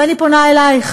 ואני פונה אלייך,